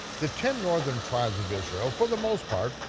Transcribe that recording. the ten northern tribes of israel, for the most part,